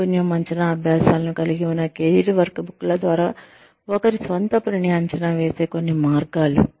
నైపుణ్యం అంచనా అభ్యసాలను కలిగి ఉన్న కెరీర్ వర్క్బుక్ల ద్వారా ఒకరి స్వంతపనిని అంచనా వేసే కొన్ని మార్గాలు